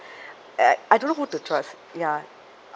uh I don't know who to trust ya